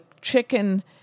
chicken